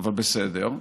אבל בסדר.